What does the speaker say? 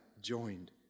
joined